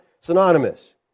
synonymous